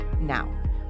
Now